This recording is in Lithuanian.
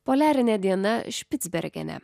poliarinė diena špicbergene